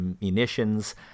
munitions